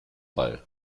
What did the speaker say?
bei